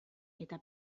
eta